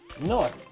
North